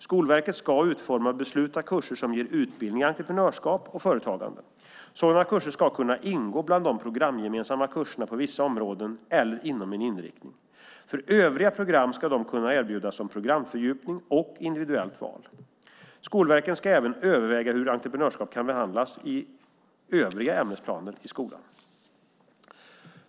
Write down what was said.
Skolverket ska utforma och besluta om kurser som ger utbildning i entreprenörskap och företagande. Sådana kurser ska kunna ingå bland de programgemensamma kurserna på vissa områden eller inom en inriktning. För övriga program ska de kunna erbjudas som programfördjupning och individuellt val. Skolverket ska även överväga hur entreprenörskap kan behandlas i övriga ämnesplaner i skolan.